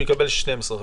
הוא יקבל 12,